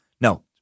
No